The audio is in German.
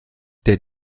der